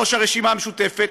ראש הרשימה המשותפת,